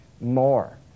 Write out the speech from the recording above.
more